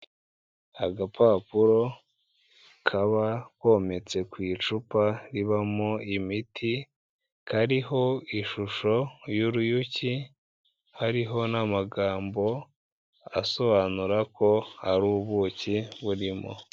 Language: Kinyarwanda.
Agapapuro kaba kometse ku icupa ribamo imiti, kariho ishusho y'uruyuki, hariho n'amagambo asobanura ko ari ubuki burimo.